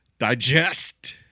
Digest